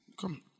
Come